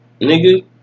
nigga